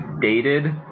dated